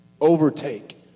overtake